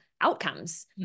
outcomes